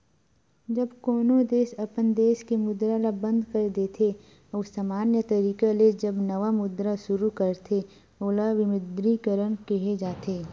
जब कोनो देस अपन देस के मुद्रा ल बंद कर देथे अउ समान्य तरिका ले जब नवा मुद्रा सुरू करथे ओला विमुद्रीकरन केहे जाथे